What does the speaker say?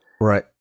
Right